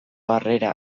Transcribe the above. harrera